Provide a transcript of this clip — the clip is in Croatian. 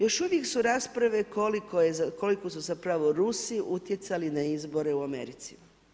Još uvijek su rasprave koliko su zapravo Rusi utjecali na izbore u Americi.